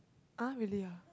ah really ah